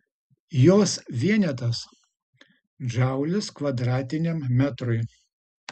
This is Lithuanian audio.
jos vienetas džaulis kvadratiniam metrui